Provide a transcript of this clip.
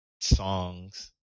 songs